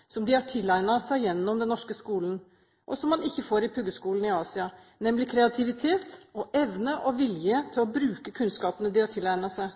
fordi de har en kvalitet og en kompetanse som de har tilegnet seg gjennom den norske skolen, og som man ikke får i puggeskolene i Asia, nemlig kreativitet og evne og vilje til å bruke kunnskapene de har tilegnet seg.